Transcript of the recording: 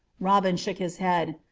robin shook his head.